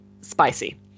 spicy